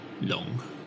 long